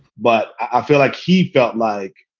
but i feel like he got like,